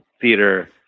theater